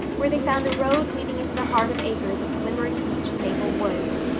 where they found a road leading into the heart of acres of glimmering beech and maple woods,